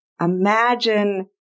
Imagine